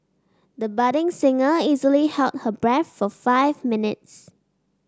the budding singer easily held her breath for five minutes